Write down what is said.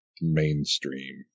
mainstream